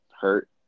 hurt